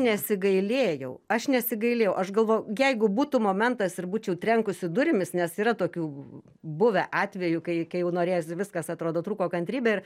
nesigailėjau aš nesigailėjau aš galvojau jeigu būtų momentas ir būčiau trenkusi durimis nes yra tokių buvę atvejų kai kai jau norėjosi viskas atrodo trūko kantrybė ir